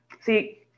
See